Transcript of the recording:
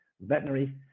veterinary